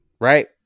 Right